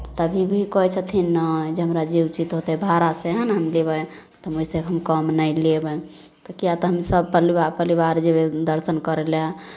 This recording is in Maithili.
तभी भी कहै छथिन नहि जे हमरा जे उचित हेतै भाड़ा सएह ने हम लेबै तऽ ओहिसँ हम कम नहि लेबनि किएक तऽ हम सभपलवार परिवार जयबै दर्शन करय लए